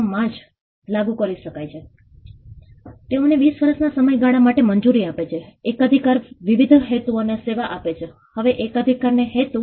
તેથી તમે અહીં વધુ સ્પષ્ટ રીતે જોઈ શકો છો કે મીઠી નદી કાંઠે વસાહત પર અતિક્રમણ કરેલી જમીન છે તે અગાઉ મેંગ્રોવ વન હતું